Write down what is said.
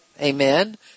Amen